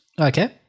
Okay